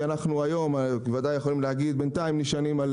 אנחנו היום, ודאי יכולים להגיד בינתיים, נשענים על